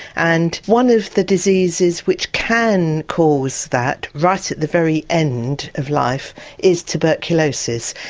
and one of the diseases which can cause that right at the very end of life is tuberculosis.